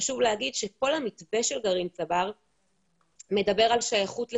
חשוב להגיד שכל המתווה של גרעין צבר מדבר על שייכות לקבוצה,